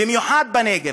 במיוחד בנגב.